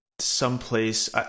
someplace